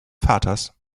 vaters